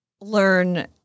Learn